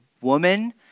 woman